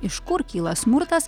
iš kur kyla smurtas